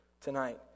tonight